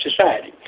society